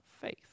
faith